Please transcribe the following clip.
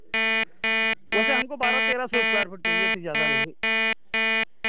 वैसे हमको बारह तेरह सौ स्क्वाॅयर फ़ीट चाहिए थी ज़्यादा नहीं